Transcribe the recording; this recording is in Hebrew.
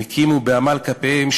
והם הקימו בעמל כפיהם,